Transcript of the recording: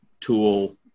tool